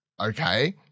okay